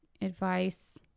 Advice